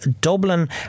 Dublin